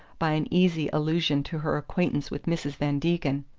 by an easy allusion to her acquaintance with mrs. van degen.